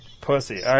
Pussy